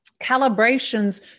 calibrations